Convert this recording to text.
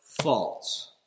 false